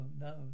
no